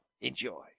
Enjoy